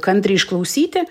kantriai išklausyti